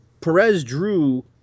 Perez-Drew